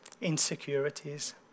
insecurities